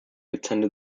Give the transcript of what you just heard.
attended